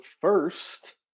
first